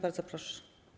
Bardzo proszę.